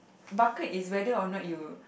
bucket is whether or not you